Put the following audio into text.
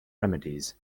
remedies